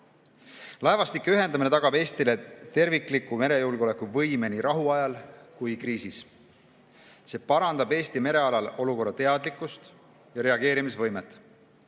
ühendamine tagab Eestile tervikliku merejulgeolekuvõime nii rahu ajal kui kriisis. See parandab Eesti merealal olukorrateadlikkust ja reageerimisvõimet